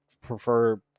prefer